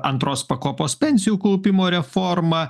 antros pakopos pensijų kaupimo reforma